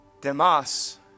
Demas